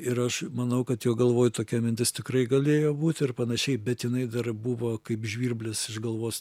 ir aš manau kad jo galvoj tokia mintis tikrai galėjo būt ir panašiai bet jinai dar buvo kaip žvirblis iš galvos